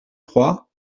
trois